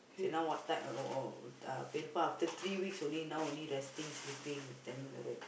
see now what time oh oh uh after three weeks only now only resting sleeping you standing like that